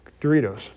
Doritos